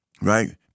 right